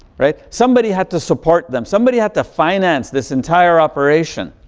right. somebody had to support them. somebody had to finance this entire operation.